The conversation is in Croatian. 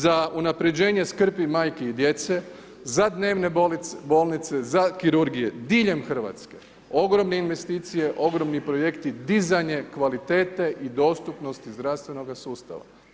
Za unapređenje skrbi majki i djece, za dnevne bolnice, za kirurgije diljem Hrvatske, ogromne investicije, ogromni projekti, dizanje kvalitete i dostupnosti zdravstvenoga sustava.